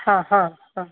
ಹಾಂ ಹಾಂ ಹಾಂ